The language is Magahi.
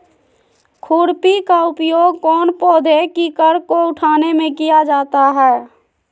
खुरपी का उपयोग कौन पौधे की कर को उठाने में किया जाता है?